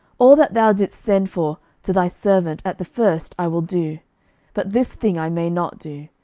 all that thou didst send for to thy servant at the first i will do but this thing i may not do.